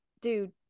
dude